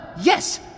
Yes